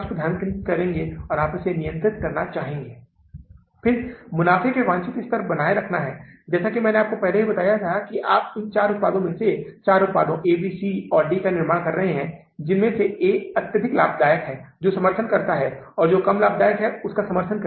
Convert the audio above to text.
तो अब हमारे पास उपलब्ध उधार का शेष क्या है कितनी शेष राशि उपलब्ध है कि हमारे पास कितना उधार उपलब्ध है आप इसका उपयोग कर सकते हैं यह कुल राशि है जोकि नकदी की अधिकता अधिकताकमी 63470 डॉलर है सही है ना